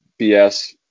BS